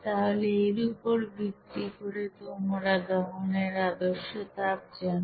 তাহলে এর উপর ভিত্তি করে তোমরা দহনের আদর্শ তাপ জানো